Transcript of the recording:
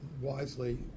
wisely